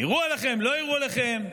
יירו עליכם, לא יירו עליכם,